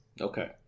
Okay